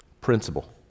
principle